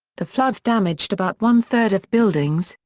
the floods damaged about one-third of buildings,